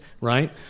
right